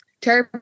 Terry